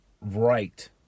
right